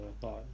thought